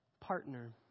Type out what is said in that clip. partner